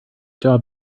job